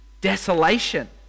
desolation